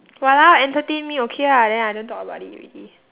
!walao! entertain me okay lah then I don't talk about it already